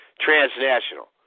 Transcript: transnational